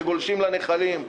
שגולשים לנחלים,